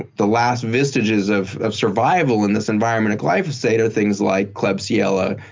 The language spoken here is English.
the last vestiges of of survival in this environment of glyphosate are things like klebsiella,